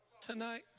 tonight